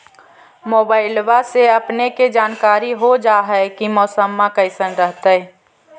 मोबाईलबा से अपने के जानकारी हो जा है की मौसमा कैसन रहतय?